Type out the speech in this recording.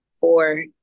four